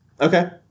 Okay